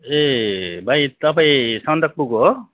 ए भाइ तपाईँ सन्दकफूको हो